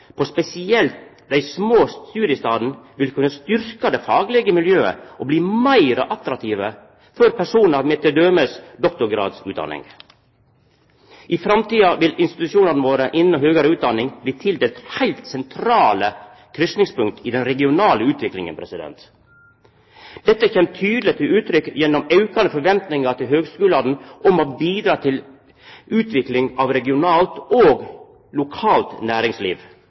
på spesielt dei små studiestadene vil kunne styrkja det faglege miljøet og gjera det meir attraktivt for personar med t.d. doktorgradsutdanning. I framtida vil institusjonane innan høgare utdanning bli heilt sentrale kryssingspunkt i den regionale utviklinga. Dette kjem tydeleg til uttrykk gjennom aukande forventningar til høgskulane om å bidra til utvikling av regionalt og lokalt næringsliv